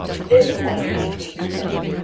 to disappoint any thief who took it.